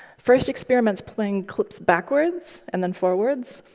first experiments playing clips backwards and then forwards.